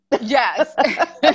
Yes